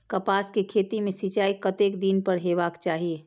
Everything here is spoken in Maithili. कपास के खेती में सिंचाई कतेक दिन पर हेबाक चाही?